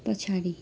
पछाडि